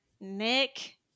Nick